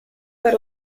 per